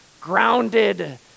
grounded